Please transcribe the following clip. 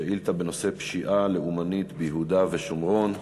שאילתה בנושא: פשיעה לאומנית ביהודה ושומרון.